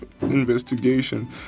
investigation